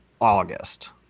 August